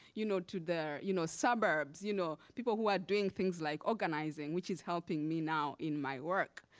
you know to the you know suburbs, you know people who are doing things like organizing, which is helping me now in my work.